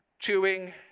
chewing